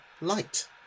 Light